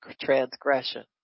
transgression